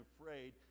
afraid